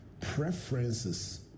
preferences